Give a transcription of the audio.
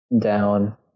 down